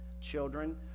children